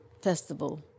festival